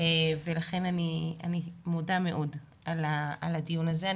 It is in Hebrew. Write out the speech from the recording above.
ולכן אני מודה מאוד על הדיון הזה.